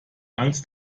angst